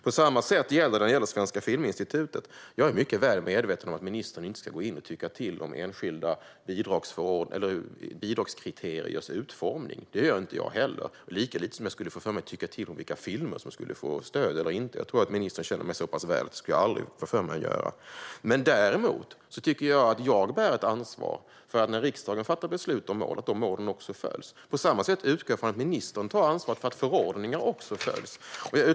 På samma sätt är det när det gäller Svenska Filminstitutet. Jag är mycket väl medveten om att ministern inte ska gå in och tycka till om enskilda bidragskriteriers utformning. Det gör inte jag heller, lika lite som jag skulle få för mig att tycka till om vilka filmer som ska få stöd eller inte. Jag tror att ministern känner mig så pass väl att hon vet att jag aldrig skulle få för mig att göra det. Däremot tycker jag att jag när riksdagen fattar beslut om mål bär ett ansvar för att målen också följs. På samma sätt utgår jag ifrån att ministern tar ansvaret för att förordningar följs.